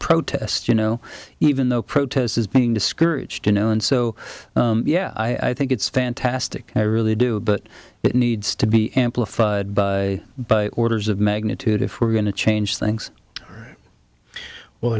protest you know even though protest is being discouraged you know and so yeah i think it's fantastic i really do but it needs to be amplified by but orders of magnitude if we're going to change things well